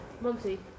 Monty